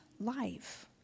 life